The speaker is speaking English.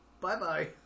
bye-bye